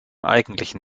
eigentlichen